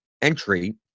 Entry